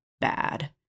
bad